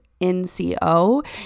NCO